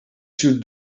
stuurde